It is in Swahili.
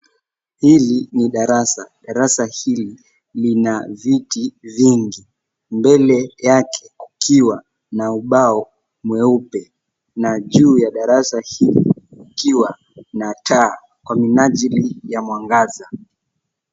Hili ni darasa. Darasa hili lina viti vingi. Mbele yake kukiwa na ubao mweupe. Na juu ya darasa hili kukiwa na taa kwa minajili ya mwangaza.